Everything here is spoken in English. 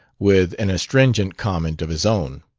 with an astringent comment of his own